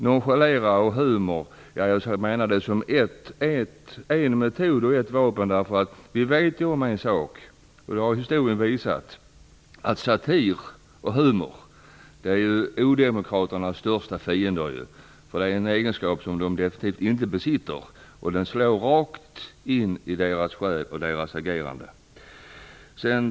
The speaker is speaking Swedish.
Nonchalera och ta med humor menar jag kan vara en metod och ett vapen, därför att vi vet - det har historien visat - att satir och humor är odemokraternas största fiender. Det är något som de definitivt inte besitter, och det slår rakt in i deras själ och i deras agerande.